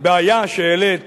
הבעיה שהעלית